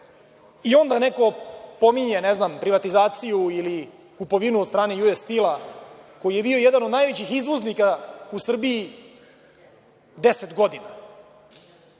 I onda neko pominje privatizaciju ili kupovinu od strane „Ju Es Stila“, koji je bio jedan od najvećih izvoznika u Srbiji deset godina.